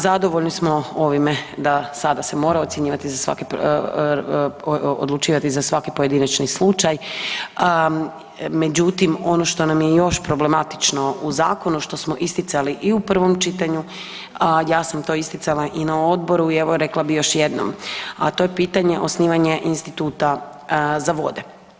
Zadovoljni smo ovime da sada se mora odlučivati za svaki pojedinačni slučaj, međutim ono što nam je još problematično u zakonu, što smo isticali i u prvom čitanju, ja sam to isticala i na odboru i evo rekla bi još jednom a to je pitanje osnivanje instituta za vode.